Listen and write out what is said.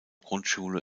grundschule